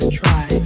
try